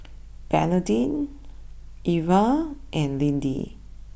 Bernardine Iva and Lindy